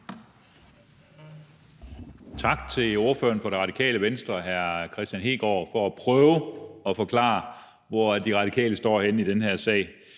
Tak til ordføreren for Radikale Venstre, hr. Kristian Hegaard, for at prøve at forklare, hvor De Radikale står henne i den her sag.